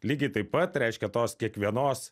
lygiai taip pat reiškia tos kiekvienos